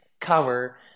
cover